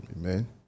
Amen